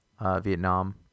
Vietnam